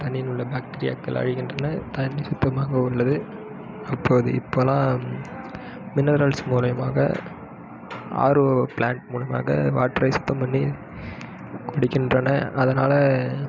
தண்ணியில் உள்ள பாக்டீரியாக்கள் அழிகின்றன தண்ணி சுத்தமாக உள்ளது அப்போது இப்போலாம் மினரல்ஸ் மூலயமாக ஆர்ஓ ஃபிளான்ட் மூலமாக வாட்டரை சுத்தம் பண்ணி குடிக்கின்றனர் அதனால்